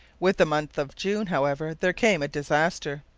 with the month of june, however, there came a disaster.